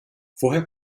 woher